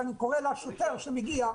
כשאני קורא לשוטר שמגיע,